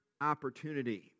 opportunity